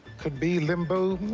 could be limbo. ah,